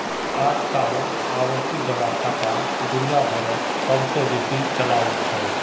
अइजकाल आवर्ती जमा खाता दुनिया भरोत सब स बेसी चलाल छेक